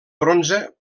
bronze